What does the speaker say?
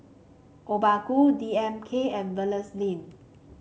Obaku D M K and